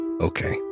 Okay